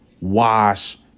wash